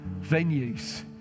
venues